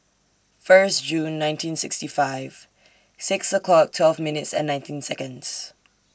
First June nineteen sixty five six o'clock twelve minutes and nineteen Seconds